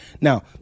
Now